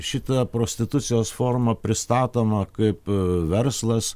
šita prostitucijos forma pristatoma kaip verslas